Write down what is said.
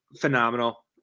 phenomenal